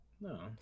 no